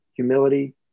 Humility